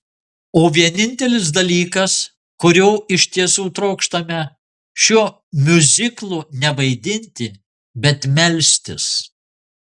o vienintelis dalykas kurio iš tiesų trokštame šiuo miuziklu ne vaidinti bet melstis